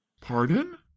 Pardon